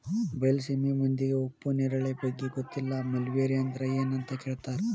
ಬೈಲಸೇಮಿ ಮಂದಿಗೆ ಉಪ್ಪು ನೇರಳೆ ಬಗ್ಗೆ ಗೊತ್ತಿಲ್ಲ ಮಲ್ಬೆರಿ ಅಂದ್ರ ಎನ್ ಅಂತ ಕೇಳತಾರ